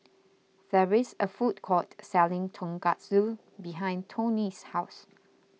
there is a food court selling Tonkatsu behind Tony's house